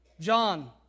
John